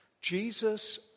Jesus